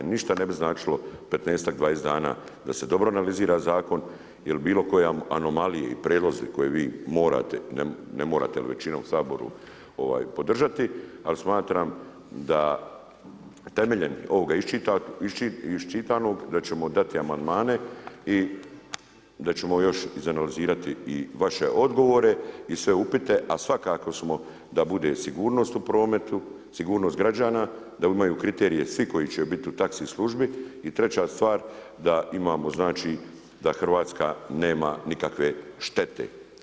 Ništa ne bi značilo 15-ak, 20 dana da se dobro analizira zakon, jer bilo koje anomalije i prijedlozi koje vi morate, ne morate, ali većina u Saboru podržati, ali smatram da temeljem ovoga iščitanog, da ćemo dati amandmane i da ćemo još izanalizirati i vaše odgovore i sve upite, a svakako smo da bude sigurnost u prometu, sigurnost građana, da imaju kriterije svi koji će bit u taxi službi i treća stvar da Hrvatska nema nikakve štete.